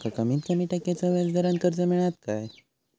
माका कमीत कमी टक्क्याच्या व्याज दरान कर्ज मेलात काय?